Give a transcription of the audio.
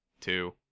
two